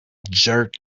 jerk